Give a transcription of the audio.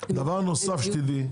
דבר נוסף שתדעי,